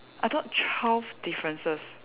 I thought twelve differences